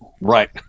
Right